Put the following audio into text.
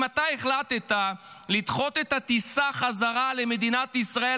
אם אתה החלטת לדחות את הטיסה חזרה למדינת ישראל